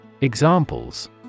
Examples